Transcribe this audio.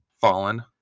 Fallen